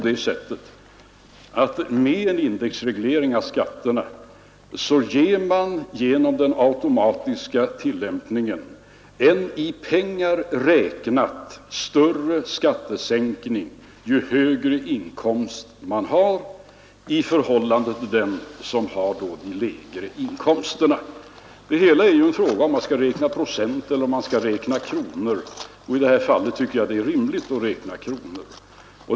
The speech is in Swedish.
Det är ändå så att indexreglering av skatterna genom den automatiska tillämpningen ger en i pengar räknat större skattesänkning ju högre inkomst man har i förhållande till de människor som har de lägre inkomsterna. Det hela är en fråga om huruvida man skall räkna i procent eller i kronor. I detta fall tycker jag det är rimligt att räkna i kronor.